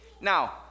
Now